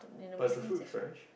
but is the fruit fresh